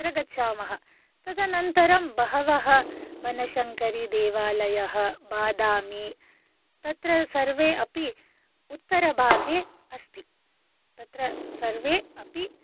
तत्र गच्छामः तदनन्तरं बहवः बनशङ्करीदेवालयः बादामी तत्र सर्वे अपि उत्तरभागे अस्ति तत्र सर्वे अपि